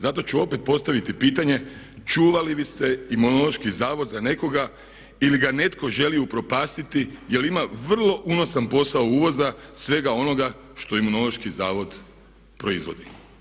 Zato ću opet postaviti pitanje čuva li se Imunološki zavod za nekoga ili ga netko želi upropastiti jer ima vrlo unosan posao uvoza svega onoga što Imunološki zavod proizvodi.